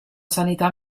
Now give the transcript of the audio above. sanità